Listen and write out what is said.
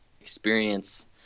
experience